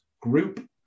group